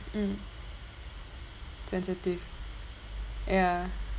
mm sensitive ya